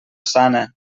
sana